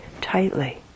tightly